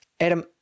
Adam